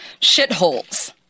shitholes